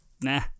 nah